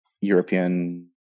European